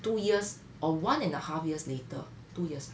two years or one and a half years later two years